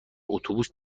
اتوبوس